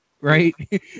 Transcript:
right